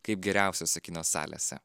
kaip geriausiose kino salėse